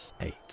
eight